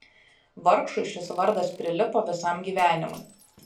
vargšui šis vardas prilipo visam gyvenimui